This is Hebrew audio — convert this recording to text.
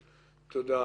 תודה.